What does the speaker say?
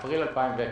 באפריל 2019,